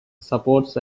supports